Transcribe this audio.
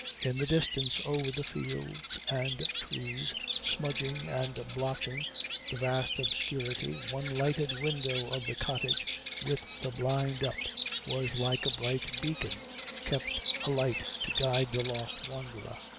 in the distance over the fields and trees smudging and blotching the vast obscurity, one lighted window of the cottage with the blind up was like a bright beacon kept alight to guide the lost wanderer.